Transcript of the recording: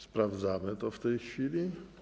Sprawdzamy to w tej chwili.